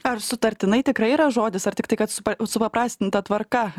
ar sutartinai tikrai yra žodis ar tiktai kad su pa supaprastinta tvarka